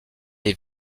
est